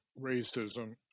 racism